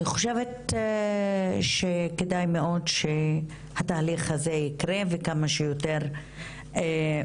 אני חושבת שכדאי מאוד שהתהליך הזה יקרה וכמה שיותר מהר,